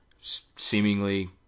seemingly